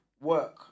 work